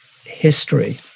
history